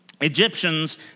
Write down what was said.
Egyptians